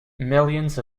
millions